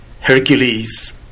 Hercules